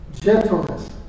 gentleness